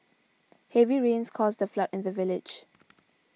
heavy rains caused a flood in the village